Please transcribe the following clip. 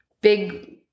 big